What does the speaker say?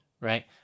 right